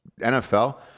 nfl